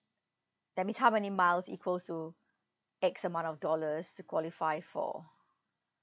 that means how many miles equals to X amount of dollars to qualify for